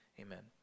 amen